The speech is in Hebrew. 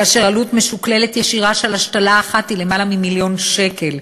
כאשר עלות משוקללת ישירה של השתלה אחת היא למעלה ממיליון שקל,